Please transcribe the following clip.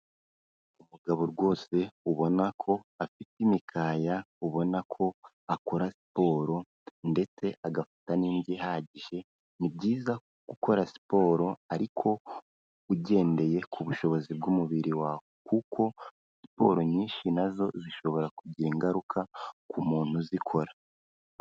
Umugabo rwose ubona ko afite imikaya ubona ko akora siporo ndetse agafata n'indyo ihagije. Ni byiza gukora siporo ariko ugendeye ku bushobozi bw'umubiri wawe kuko siporo nyinshi nazo zishobora kugira ingaruka ku muntu uzikora.